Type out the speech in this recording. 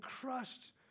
crushed